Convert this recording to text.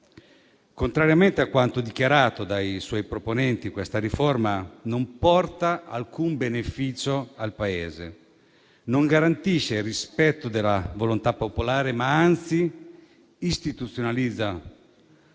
Contrariamente a quanto dichiarato dai suoi proponenti, questa riforma non porta alcun beneficio al Paese, non garantisce il rispetto della volontà popolare, ma anzi istituzionalizza